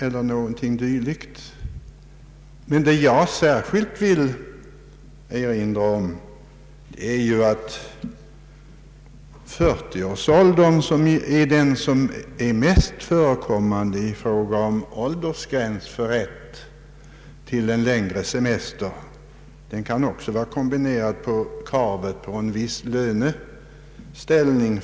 Jag vill i detta sammanhang erinra om att gränsen vid 40 år, som är den mest förekommande åldersgränsen för rätt till en längre semester, ofta är kombinerad med kravet på en viss löneställning.